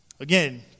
Again